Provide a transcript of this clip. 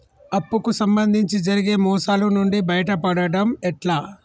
అప్పు కు సంబంధించి జరిగే మోసాలు నుండి బయటపడడం ఎట్లా?